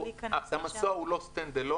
המסוע לא עובד לבדו,